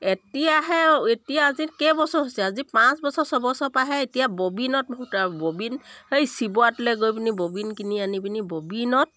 এতিয়াহে এতিয়া আজি কেইবছৰ হৈছে আজি পাঁচ বছৰ ছবছৰ পাহে এতিয়া ববিনত বহুত আৰু ববিন সেই শিৱতলৈ গৈ পিনি ববিন কিনি আনি পিনি ববিনত